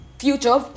future